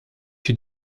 qui